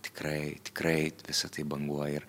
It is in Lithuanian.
tikrai tikrai visa tai banguoja ir